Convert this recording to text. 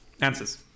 Answers